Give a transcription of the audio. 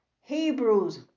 Hebrews